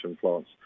plants